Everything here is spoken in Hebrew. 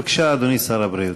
בבקשה, אדוני שר הבריאות.